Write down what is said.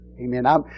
Amen